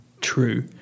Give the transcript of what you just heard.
true